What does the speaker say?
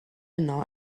yno